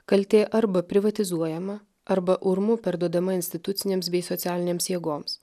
kaltė arba privatizuojama arba urmu perduodama institucinėms bei socialinėms jėgoms